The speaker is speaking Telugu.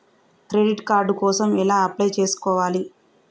క్రెడిట్ కార్డ్ కోసం ఎలా అప్లై చేసుకోవాలి?